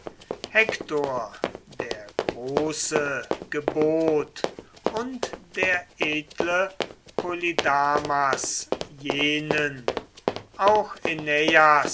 hektor der große gebot und der edle polydamas jenen auch